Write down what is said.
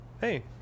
Hey